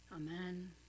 Amen